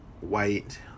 white